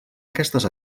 aquestes